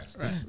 right